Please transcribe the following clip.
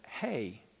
hey